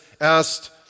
asked